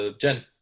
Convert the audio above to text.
Jen